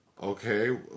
Okay